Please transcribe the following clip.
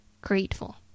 Grateful